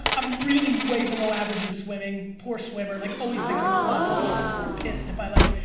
i'm really way below average in swimming, poor swimmer, like always think like fuck i'll be super pissed if i like.